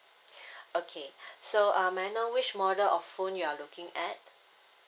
okay so uh may I know which model of phone you're looking at